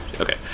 Okay